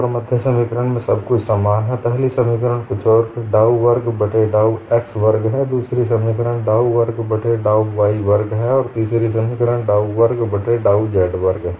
और मध्य समीकरण में सब कुछ समान है पहली समीकरण को छोड़कर डाउ वर्ग बट्टे डाउ x वर्ग है दूसरी समीकरण डाउ वर्ग बट्टे डाउ y वर्ग है और तीसरी समीकरण डाउ वर्ग बट्टे डाउ z वर्ग है